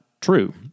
true